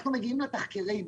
אנחנו מגיעים לתחקירים.